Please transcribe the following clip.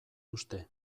uste